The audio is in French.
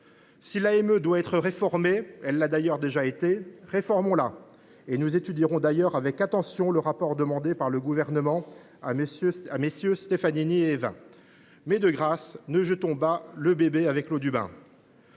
Si l’AME doit être réformée – elle l’a d’ailleurs déjà été –, réformons la ! Nous étudierons d’ailleurs avec attention le rapport demandé par le Gouvernement à MM. Stefanini et Évin. Mais, de grâce, ne jetons pas le bébé avec l’eau du bain